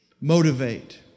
motivate